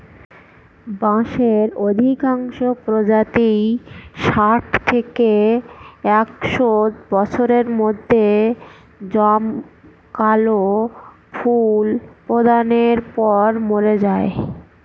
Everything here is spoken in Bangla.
বাঁশের অধিকাংশ প্রজাতিই ষাট থেকে একশ বছরের মধ্যে জমকালো ফুল প্রদানের পর মরে যায়